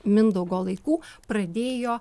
mindaugo laikų pradėjo